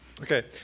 Okay